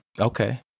Okay